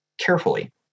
carefully